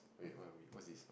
okay where are we what's this